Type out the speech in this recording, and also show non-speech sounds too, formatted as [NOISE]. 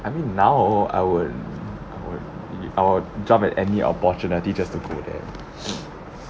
I mean now hor I would I would be~ I would jump at any opportunity just to go there [BREATH]